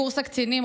מקורס הקצינים,